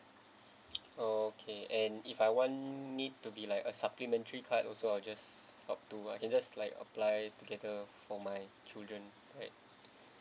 okay and if I want need to be like a supplementary card also I just talk to I can just like apply together for my children right